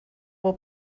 will